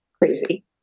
crazy